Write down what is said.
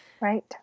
Right